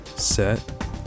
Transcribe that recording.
set